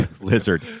lizard